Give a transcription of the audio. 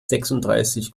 sechsunddreißig